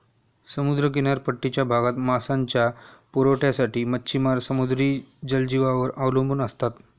समुद्र किनारपट्टीच्या भागात मांसाच्या पुरवठ्यासाठी मच्छिमार समुद्री जलजीवांवर अवलंबून असतात